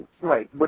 right